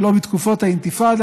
ולא בכל תקופות האינתיפאדה.